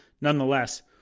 Nonetheless